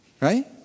right